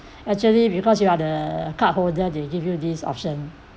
actually because you are the cardholder they give you this option